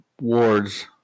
wards